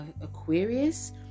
Aquarius